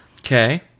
Okay